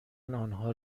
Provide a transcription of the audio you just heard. آنها